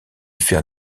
faire